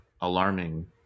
alarming